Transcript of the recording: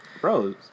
Bro